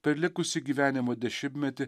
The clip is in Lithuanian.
per likusį gyvenimo dešimtmetį